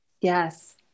Yes